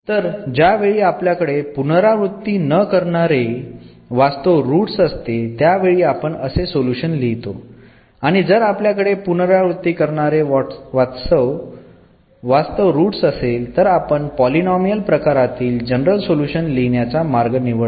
तर ज्या वेळी आपल्याकडे पुनरावृत्ती न करणारे वास्तव रूट्स असते त्यावेळी आपण असे सोल्युशन लिहितो आणि जर आपल्याकडे पुनरावृत्ती करणारे वास्तव रूट्स असेल तर आपण पॉलिनोमिल प्रकारातील जनरल सोल्युशन लिहिण्याचा मार्ग निवडतो